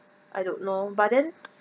I don't know but then